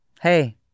hey